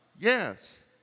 Yes